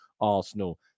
Arsenal